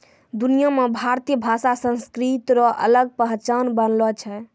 दुनिया मे भारतीय भाषा संस्कृति रो अलग पहचान बनलो छै